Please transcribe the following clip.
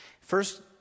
First